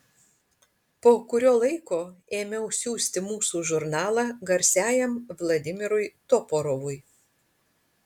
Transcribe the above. po kurio laiko ėmiau siųsti mūsų žurnalą garsiajam vladimirui toporovui